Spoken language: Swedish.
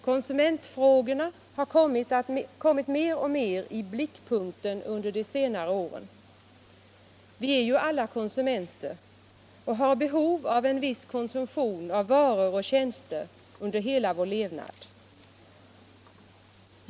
Konsumentfrågorna har kommit mer och mer i blickpunkten under de senaste åren. Vi är ju alla konsumenter och har behov av en viss konsumtion av varor och tjänster under hela vår levnad.